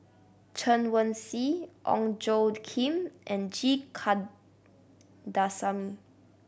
Chen Wen Hsi Ong Tjoe Kim and G Kandasamy